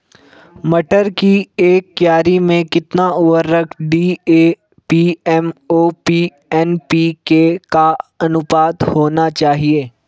मटर की एक क्यारी में कितना उर्वरक डी.ए.पी एम.ओ.पी एन.पी.के का अनुपात होना चाहिए?